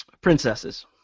Princesses